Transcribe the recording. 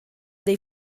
dei